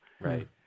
Right